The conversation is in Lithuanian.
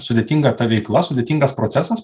sudėtinga ta veikla sudėtingas procesas